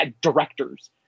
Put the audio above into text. directors